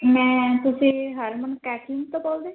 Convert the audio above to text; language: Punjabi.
ਮੈਂ ਤੁਸੀਂ ਹਰਮਨ ਕੈਟਰਿੰਗ ਤੋਂ ਬੋਲਦੇ